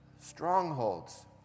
strongholds